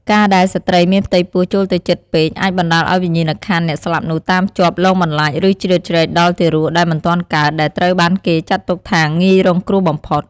ការដែលស្ត្រីមានផ្ទៃពោះចូលទៅជិតពេក អាចបណ្តាលឲ្យវិញ្ញាណក្ខន្ធអ្នកស្លាប់នោះតាមជាប់ លងបន្លាច ឬជ្រៀតជ្រែកដល់ទារកដែលមិនទាន់កើត ដែលត្រូវបានគេចាត់ទុកថាងាយរងគ្រោះបំផុត។